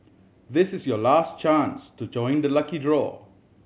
this is your last chance to join the lucky draw